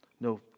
No